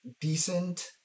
decent